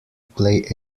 play